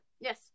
Yes